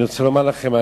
אני רוצה לומר לכם,